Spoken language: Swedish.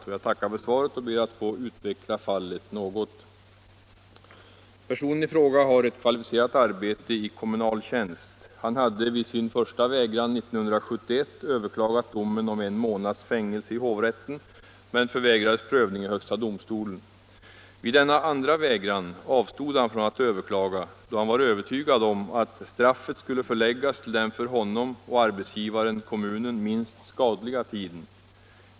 Jag tackar för svaret och ber att få utveckla fallet något. Personen i fråga har ett kvalificerat arbete i kommunal tjänst. Han hade vid sin första vägran år 1971 i hovrätten överklagat domen om en månads fängelse men förvägrats prövning i högsta domstolen. Vid denna andra vägran avstod han från att överklaga, då han var övertygad om att straffet skulle förläggas till den för honom och arbetsgivaren — kommunen — minst skadliga tiden.